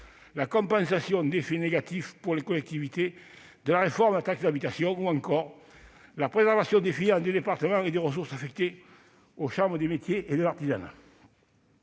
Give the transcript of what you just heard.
la compensation des effets négatifs pour les collectivités de la réforme de la taxe d'habitation, ou encore la préservation des finances des départements et des ressources affectées aux chambres de métiers et de l'artisanat.